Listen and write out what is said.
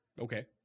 Okay